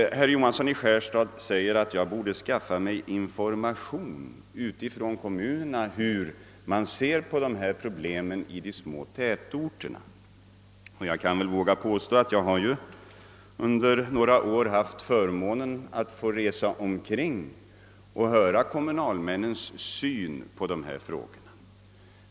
Herr Johansson i Skärstad säger att jag borde skaffa mig information om hur man ser på detta problem i de små tätortskommunerna. Jag vill framhålla att jag under några år haft förmånen att få resa omkring för att ta del av kommunalmännens syn på dessa frågor.